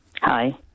Hi